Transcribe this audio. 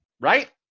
right